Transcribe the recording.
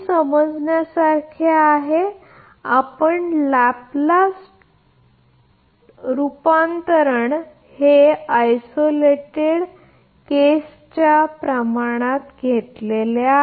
तर हे समजण्यासारखे आहे आपण लॅप्लेस रूपांतरण हे आयसोलेटेड केस च्या प्रमाणात घेतले आहे